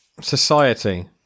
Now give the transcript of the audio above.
society